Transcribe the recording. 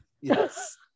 Yes